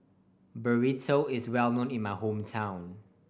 burrito is well known in my hometown